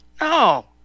No